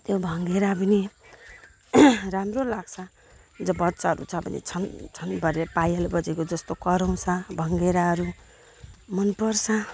त्यो भङ्गेरा पनि राम्रो लाग्छ ज बच्चाहरू छ भने छन् छन् गरेर पायल बजेको जस्तो कराउँछ भङ्गेराहरू मन पर्छ